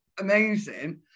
amazing